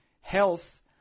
health